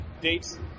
Dates